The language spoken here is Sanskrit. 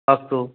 अस्तु